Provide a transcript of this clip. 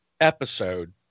episode